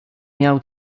miał